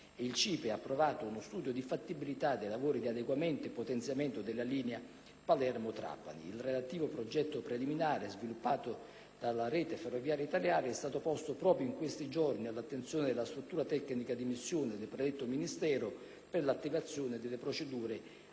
Il CIPE ha approvato uno studio di fattibilità dei lavori di adeguamento e potenziamento della linea Palermo-Trapani. Il relativo progetto preliminare, sviluppato da Rete ferroviaria italiana, proprio in questi giorni è stato posto all'attenzione della struttura tecnica di missione del predetto Ministero per 1'attivazione delle procedure approvative